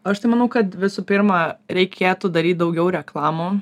aš tai manau kad visų pirma reikėtų daryt daugiau reklamų